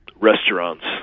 Restaurants